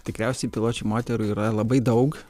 tikriausiai piločių moterų yra labai daug